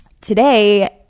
today